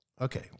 Okay